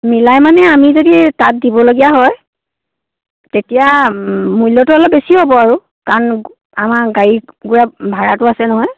মিলাই মানে আমি যদি তাত দিব লগীয়া হয় তেতিয়া মূল্যটো অলপ বেছি হ'ব আৰু কাৰণ আমাৰ গাড়ী গৈ ভাৰাটো আছে নহয়